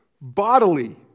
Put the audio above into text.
bodily